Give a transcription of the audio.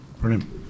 Brilliant